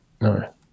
No